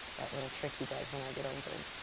that little trick he does, when i get older.